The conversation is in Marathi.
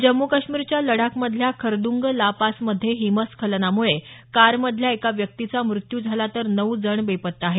जम्मू काश्मीरच्या लडाख मधल्या खरद्ग ला पास मध्ये हिमस्खलनामुळे कारमधल्या एका व्यक्तीचा मृत्यू झाला तर नऊ जण बेपत्ता आहेत